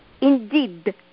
Indeed